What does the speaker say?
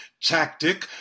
tactic